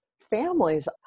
families